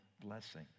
blessing